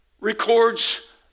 records